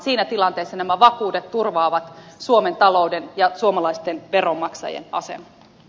siinä tilanteessa nämä vakuudet turvaavat suomen talouden ja suomalaisten veronmaksajien aseman